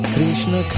Krishna